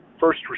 first